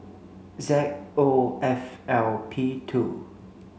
Z O F L P two